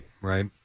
right